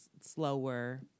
slower